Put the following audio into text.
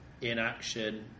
inaction